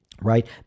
right